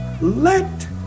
Let